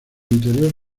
interior